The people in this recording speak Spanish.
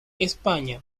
españa